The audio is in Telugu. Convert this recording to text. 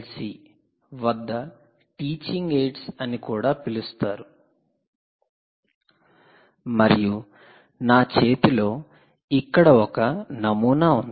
సి వద్ద టీచింగ్ ఎయిడ్స్ అని కూడా పిలుస్తారు మరియు నా చేతిలో ఇక్కడ ఒక నమూనా ఉంది